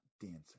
dancing